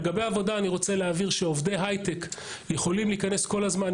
לגבי עבודה אני רוצה להבהיר שעובדי הייטק יכולים להיכנס כל הזמן.